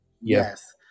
yes